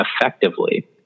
effectively